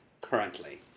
currently